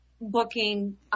booking